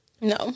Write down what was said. No